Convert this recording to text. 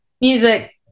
Music